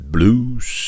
Blues